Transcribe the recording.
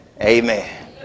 amen